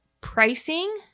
pricing